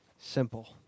simple